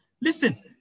listen